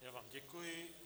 Já vám děkuji.